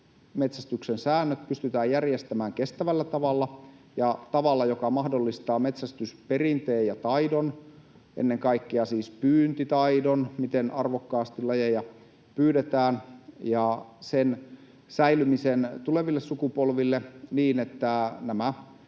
metsästyksen säännöt pystytään järjestämään kestävällä tavalla ja tavalla, joka mahdollistaa metsästysperinteen ja -taidon, ennen kaikkea siis pyyntitaidon, miten arvokkaasti lajeja pyydetään, ja sen säilymisen tuleville sukupolville, niin että nämä